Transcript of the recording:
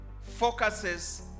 focuses